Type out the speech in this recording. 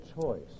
choice